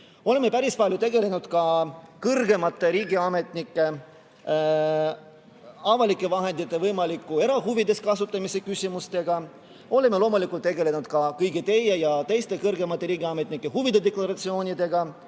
Oleme päris palju tegelenud ka kõrgemate riigiametnike avalike vahendite võimaliku erahuvides kasutamise küsimustega. Oleme loomulikult tegelenud ka kõigi teie ja teiste kõrgemate riigiametnike huvide deklaratsioonidega.